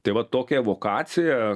tai va tokia evakuacija